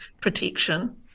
protection